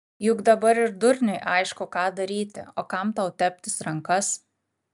juk dabar ir durniui aišku ką daryti o kam tau teptis rankas